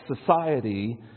society